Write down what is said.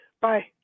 Bye